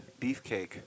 Beefcake